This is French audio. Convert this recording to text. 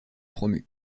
promus